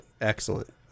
Excellent